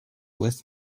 with